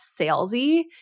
salesy